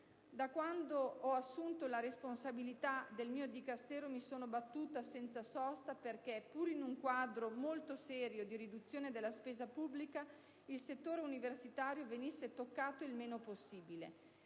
Da quando ho assunto la responsabilità del mio Dicastero mi sono battuta senza sosta perché, pur in un quadro molto serio di riduzione della spesa pubblica, il settore universitario venisse toccato il meno possibile.